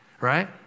right